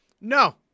No